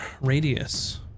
radius